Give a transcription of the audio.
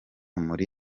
muri